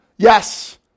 Yes